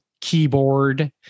keyboard